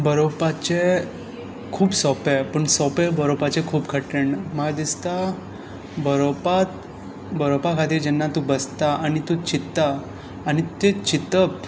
बरोवपाचे खूब सोंपे पूण सोपे बरोवपाचे खूब कठीण म्हाका दिसता बरोवपाक बरोवपा खातीर जेन्ना तू बसता आनी तू चित्ता आनी ते चितप